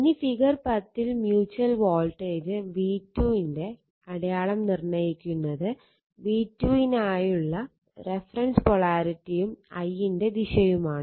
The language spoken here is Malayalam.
ഇനി ഫിഗർ 10 ൽ മ്യൂച്വൽ വോൾട്ടേജ് v2 ന്റെ അടയാളം നിർണ്ണയിക്കുന്നത് v2 നായുള്ള റഫറൻസ് പോളാരിറ്റിയും i1 ന്റെ ദിശയുമാണ്